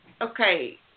Okay